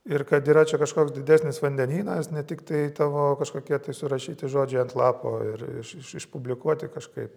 ir kad yra čia kažkoks didesnis vandenynas ne tiktai tavo kažkokie tai surašyti žodžiai ant lapo ir iš iš išpublikuoti kažkaip